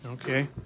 Okay